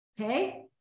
Okay